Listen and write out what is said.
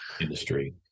industry